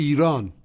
Iran